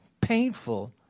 painful